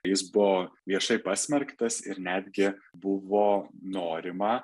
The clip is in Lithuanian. jis buvo viešai pasmerktas ir netgi buvo norima